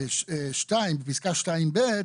בפסקה (2)(ב),